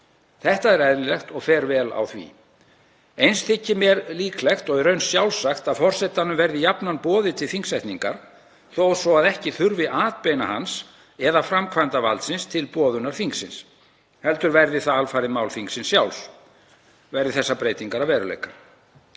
Þetta er eðlilegt og fer vel á því. Eins þykir mér líklegt og í raun sjálfsagt að forsetanum verði jafnan boðið til þingsetningar þó svo að ekki þurfi atbeina hans eða framkvæmdarvaldsins til boðunar þingsins, heldur verði það alfarið mál þingsins sjálfs verði þessar breytingar að veruleika.